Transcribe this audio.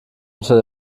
unter